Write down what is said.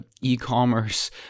e-commerce